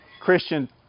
Christian